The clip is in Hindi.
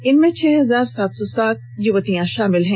इनमें छह हजार सात सौ सात युवतियां शामिल हैं